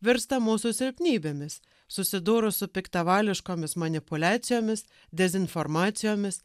virsta mūsų silpnybėmis susidūrus su piktavališkomis manipuliacijomis dezinformacijomis